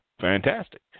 fantastic